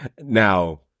Now